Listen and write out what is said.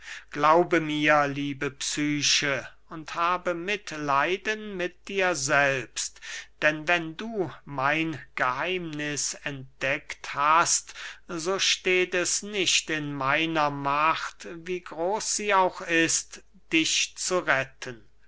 glaube mir liebe psyche und habe mitleiden mit dir selbst denn wenn du mein geheimniß entdeckt hast so steht es nicht in meiner macht wie groß sie auch ist dich zu retten